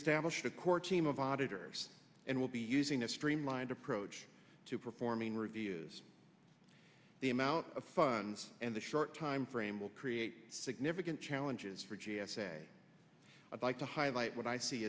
established a core team of auditors and will be using a streamlined approach to performing reviews the amount of funds and the short time frame will create significant challenges for g s a i'd like to highlight what i see